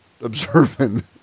observing